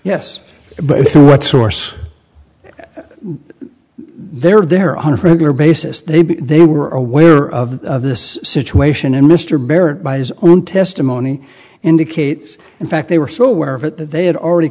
yes but what source there are there are one hundred regular basis they they were aware of this situation and mr barrett by his own testimony indicates in fact they were so aware of it that they had already